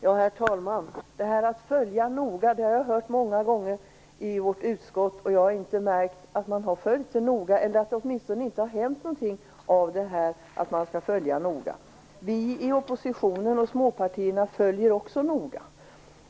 Herr talman! Att man skall följa något noga har jag hört många gånger i vårt utskott, och jag har inte märkt att man har gjort det. Åtminstone har det inte kommit ut någonting av att man följer det noga. Vi i oppositionen och i småpartierna följer också noga utvecklingen.